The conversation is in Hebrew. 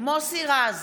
מוסי רז,